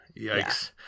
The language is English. Yikes